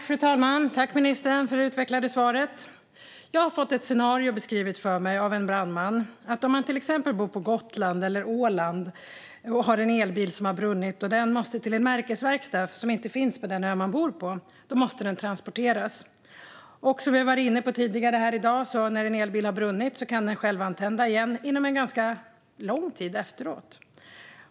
Fru talman! Tack för det utvecklade svaret, ministern! Jag har fått ett scenario beskrivet för mig av en brandman: Om man bor på till exempel Gotland eller Åland och har en elbil som har brunnit och som måste till en märkesverkstad, vilket inte finns på den ö man bor på, måste bilen transporteras. Som vi har varit inne på tidigare här i dag kan en elbil som har brunnit självantända igen, under en ganska lång tid efteråt.